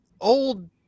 old